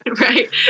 Right